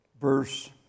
Verse